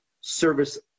service